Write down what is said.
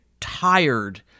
tired